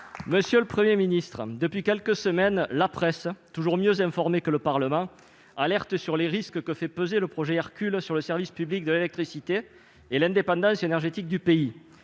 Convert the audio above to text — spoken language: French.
Monsieur le Premier ministre, depuis quelques semaines, la presse, toujours mieux informée que le Parlement, alerte sur les risques que fait peser le projet Hercule sur le service public de l'électricité et sur l'indépendance énergétique du pays.